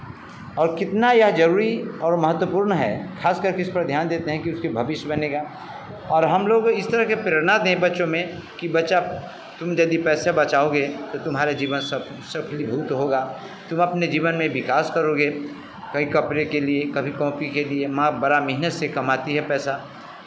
और कितना यह ज़रूरी और महत्वपूर्ण है खास करके इस पर ध्यान देते हैं कि उसके भविष्य बनेगा और हम लोग इस तरह के प्रेरणा दें बच्चों में कि बच्चा तुम यदि पैसे बचाओगे तो तुम्हारा जीवन सफ सफलीभूत होगा तुम अपने जीवन में विकास करोगे कहीं कपड़े के लिए कभी कॉपी के लिए मां बड़ा मेहनत से कमाती है पैसा